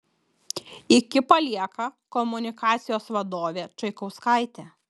iki palieka komunikacijos vadovė čaikauskaitė